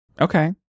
Okay